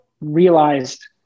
realized